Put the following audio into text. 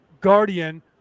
guardian